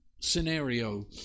scenario